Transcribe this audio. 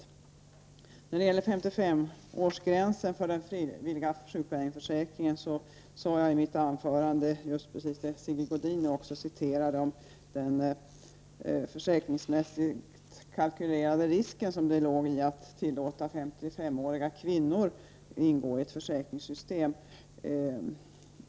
i; När det gäller 55-årsgränsen för den frivilliga sjukpenningsförsäkringen sade jag i mitt anförande just precis det Sigge Godin citerade om den försäkringsmässigt kalkylerade risk som låg i att tillåta 55-åriga kvinnor att ingå i ett försäkringssystem.